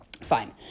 Fine